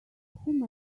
whom